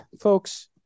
folks